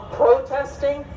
protesting